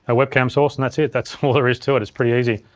and webcam source, and that's it, that's all there is to it, it's pretty easy.